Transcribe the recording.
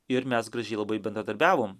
ir mes gražiai labai bendradarbiavom